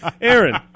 Aaron